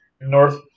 North